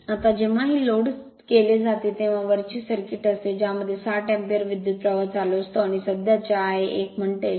आता जेव्हा हे लोड केले जाते तेव्हा वरची सर्किट असते ज्यामध्ये 60 अँपिअर विद्युतप्रवाह चालू असतो आणि सध्याचे Ia 1म्हणते 0